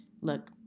look